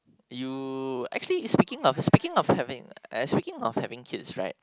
you actually speaking of speaking of having as speaking of kids right